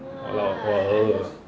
!walao! I overload